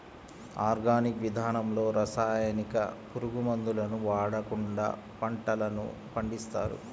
organic విధానంలో రసాయనిక, పురుగు మందులను వాడకుండా పంటలను పండిస్తారు